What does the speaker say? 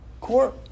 court